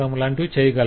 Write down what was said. లాంటివి చేయగలరు